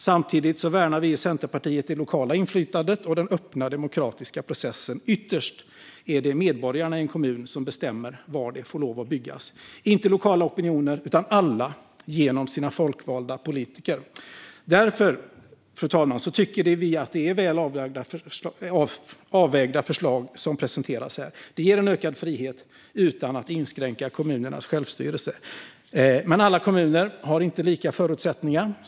Samtidigt värnar vi i Centerpartiet det lokala inflytandet och den öppna demokratiska processen. Ytterst är det medborgarna i en kommun som bestämmer var det får lov att byggas - inte lokala opinioner, utan alla genom sina folkvalda politiker. Därför, fru talman, tycker vi att det är väl avvägda förslag som presenteras här. De ger ökad frihet utan att inskränka kommunernas självstyrelse. Men alla kommuner har inte lika förutsättningar.